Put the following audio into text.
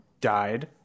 died